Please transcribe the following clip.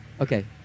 Okay